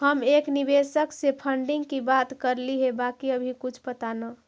हम एक निवेशक से फंडिंग की बात करली हे बाकी अभी कुछ पता न